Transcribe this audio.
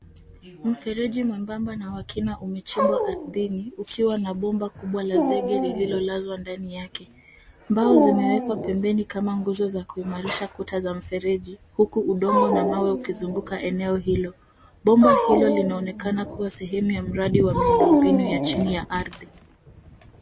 Mfereji mwembamba na wa kina umechimbwa ardhi ukiwa na bomba kubwa la zege lililolazwa ndani yake. Mbao zimewekwa pembeni kama nguzo za kuimarisha kuta za mfereji uku udongo na mawe ukizunguka eneo hilo. Bomba hilo linaonekana kuwa sehemu ya mradi wa miundombinu ya chini ya ardhi.